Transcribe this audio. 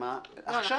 עכשיו.